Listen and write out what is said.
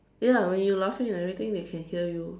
ya when you laughing and everything they can hear you